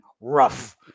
rough